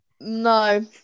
No